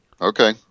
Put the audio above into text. Okay